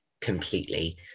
completely